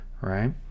right